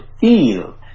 feel